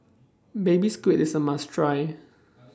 Baby Squid IS A must Try